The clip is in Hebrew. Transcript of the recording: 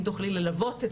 אם תוכלי ללוות,